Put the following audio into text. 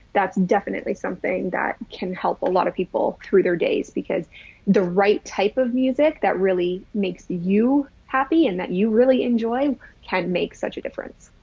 that's definitely something that can help a lot of people through their days because the right type of music that really makes you happy and that you really enjoy can make such a difference.